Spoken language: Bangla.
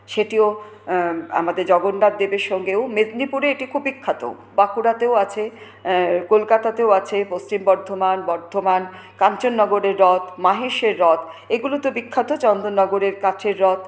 সেটিও আমাদের জগন্নাথদেবের সঙ্গেও মেদিনীপুরে এটি খুব বিখ্যাত বাঁকুড়াতেও আছে কলকাতাতেও আছে পশ্চিম বর্ধমান বর্ধমান কাঞ্চননগরের রথ মাহেশের রথ এগুলো তো বিখ্যাত চন্দননগরের কাঁচের রথ